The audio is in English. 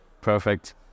perfect